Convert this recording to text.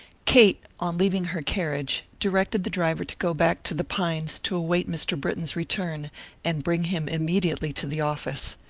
kate, on leaving her carriage, directed the driver to go back to the pines to await mr. britton's return and bring him immediately to the office.